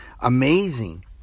amazing